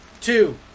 two